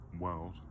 world